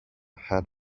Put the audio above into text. had